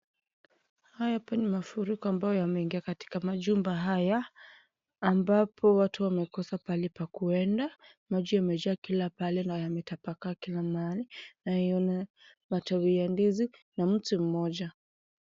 Hapo ni mafuriko ambayo yameingia katika majumba haya, ambapo watu wamekosa pahali pa kuenda, maji yamejaa kila pahali na yametapakaa kila mahali, naiona matawi ya ndizi, na mti mmoja.